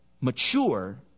mature